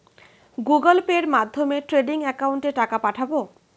Google পের মাধ্যমে trading একাউন্টে টাকা পাঠাবো?